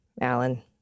alan